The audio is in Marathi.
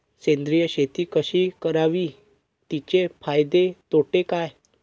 सेंद्रिय शेती कशी करावी? तिचे फायदे तोटे काय?